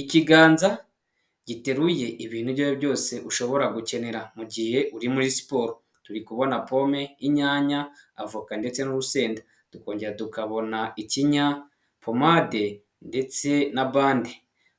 Ikiganza giteruye ibintu ibyo aribyo byose ushobora gukenera mu gihe uri muri siporo. Turi kubona pome, inyanya, avoka ndetse n'urusenda. Tukongera tukabona ikinya, pomade ndetse na bande.